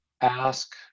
ask